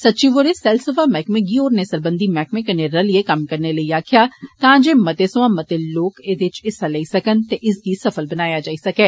सचिव होरें सैलसफा मैहकमे गी होरने सरबंधी मैहकमे कन्नै रलिए कम्म करने लेई आकखेआ तां जे मते सोयां मते लोक ऐदे च हिस्सा लेई सकन ते इसगी सफल बनाया जाई सकै